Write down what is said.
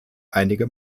einige